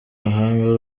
n’amahanga